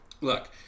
look